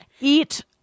eat